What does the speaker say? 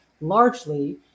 largely